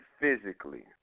physically